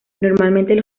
normalmente